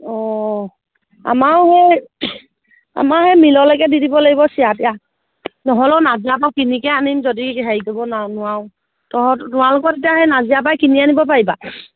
অঁ আমাৰো সেই আমাৰ সেই মিললৈকে দি দিব লাগিব চিৰা তিৰা নহ'লেও নাজিৰা পৰা কিনিকে আনিম যদি হেৰি কৰিব ন নোৱাৰোঁ তহঁত তোমালোকৰ তেতিয়া সেই নাজিৰা পৰাই কিনি আনিব পাৰিবা